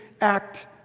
act